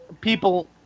people